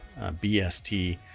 BST